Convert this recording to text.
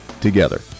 together